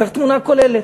צריך תמונה כוללת.